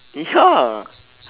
ya